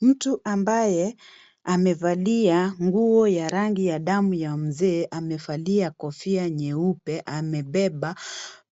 Mtu ambaye amevalia nguo ya rangi ya damu ya mzee amevalia kofia nyeupe amebeba